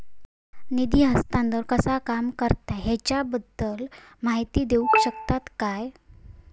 निधी हस्तांतरण कसा काम करता ह्याच्या बद्दल माहिती दिउक शकतात काय?